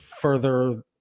further